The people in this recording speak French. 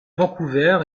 vancouver